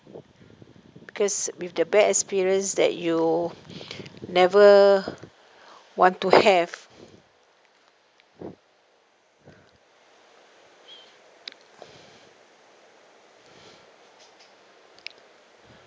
because with the bad experience that you never want to have